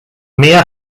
mia